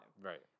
Right